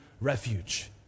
refuge